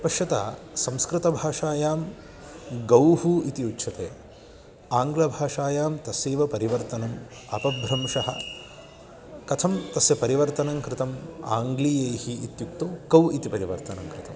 पश्यतु संस्कृतभाषायां गौः इति उच्यते आङ्ग्लभाषायां तस्यैव परिवर्तनम् अपभ्रंशः कथं तस्य परिवर्तनं कृतम् आङ्ग्लीयैः इत्युक्तौ कौ इति परिवर्तनं कृतं